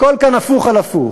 הכול כאן הפוך על הפוך.